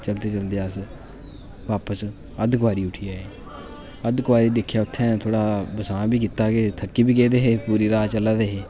चलदे चलदे अस वापस अद्ध कुआरी उठी आए अद्ध कुआरी दिक्खेआ उत्थै थोह्ड़ा बसांऽ बी कीता थक्की बी गेदे पूरी रात चला दे हे